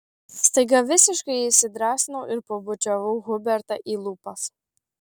staiga visiškai įsidrąsinau ir pabučiavau hubertą į lūpas